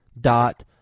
dot